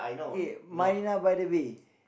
okay Marina by the bay